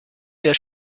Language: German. der